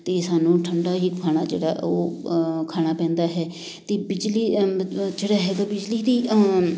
ਅਤੇ ਸਾਨੂੰ ਠੰਡਾ ਹੀ ਖਾਣਾ ਜਿਹੜਾ ਉਹ ਖਾਣਾ ਪੈਂਦਾ ਹੈ ਅਤੇ ਬਿਜਲੀ ਮਤਲਬ ਜਿਹੜਾ ਹੈਗਾ ਬਿਜਲੀ ਦੀ